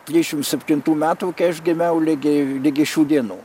trišim septintų metų kai aš gimiau ligi ligi šių dienų